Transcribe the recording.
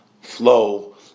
flow